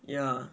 yeah